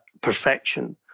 perfection